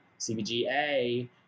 cbga